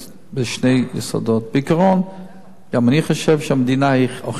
בשני יסודות: בעיקרון גם אני חושב שהמדינה הוכיחה את עצמה,